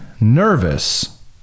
nervous